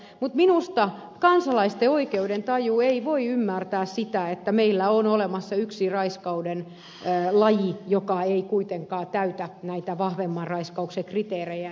mutta minusta kansalaisten oikeudentaju ei voi ymmärtää sitä että meillä on olemassa yksi raiskauksen laji joka ei kuitenkaan täytä näitä vahvemman raiskauksen kriteerejä